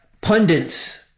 pundits